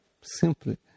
simply